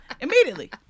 Immediately